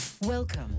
Welcome